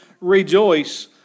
rejoice